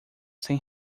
cem